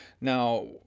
Now